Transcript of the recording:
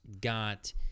got